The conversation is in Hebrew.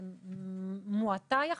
מועטה יחסית,